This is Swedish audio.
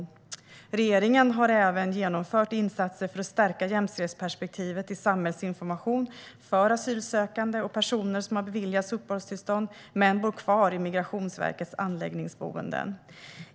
Regeringen har även genomfört insatser för att stärka jämställdhetsperspektivet i samhällsinformation för asylsökande och personer som har beviljats uppehållstillstånd men bor kvar i Migrationsverkets anläggningsboenden.